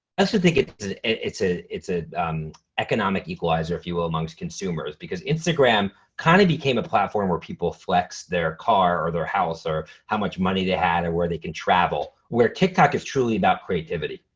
actually think it's it's ah a economic equalizer if you will amongst consumers, because instagram kind of became a platform where people flex their car or their house or how much money they had or where they can travel, where tiktok is truly about creativity.